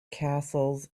castles